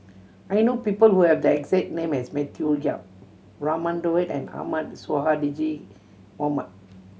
I know people who have the exact name as Matthew Yap Raman Daud and Ahmad Sonhadji Mohamad